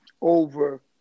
over